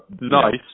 nice